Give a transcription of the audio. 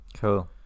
Cool